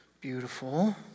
Beautiful